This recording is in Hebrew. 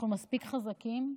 אנחנו מספיק חזקים,